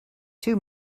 too